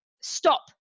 stop